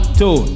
two